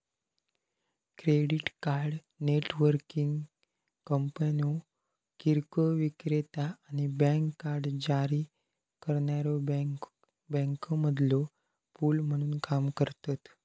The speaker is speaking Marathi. क्रेडिट कार्ड नेटवर्किंग कंपन्यो किरकोळ विक्रेता आणि बँक कार्ड जारी करणाऱ्यो बँकांमधलो पूल म्हणून काम करतत